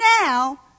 now